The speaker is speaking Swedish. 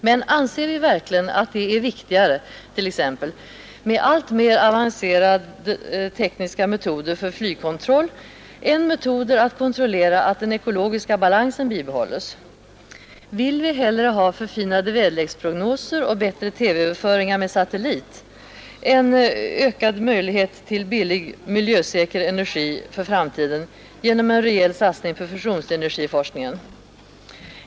Men anser vi verkligen att det är viktigare t.ex. med alltmer avancerat tekniska metoder för flygkontroll än metoder att kontrollera att den ekologiska balansen bibehålles? Vill vi hellre ha förfinade väderleksprognoser och bättre TV-överföringar med satellit än ökad möjlighet till billig miljösäker energi för framtiden genom en rejäl satsning på fusionsenergiforskningen?